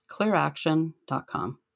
clearaction.com